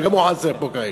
שגם הוא חסר פה כרגע.